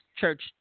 church